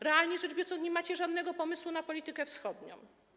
Realnie rzecz biorąc, nie macie żadnego pomysłu na politykę wschodnią.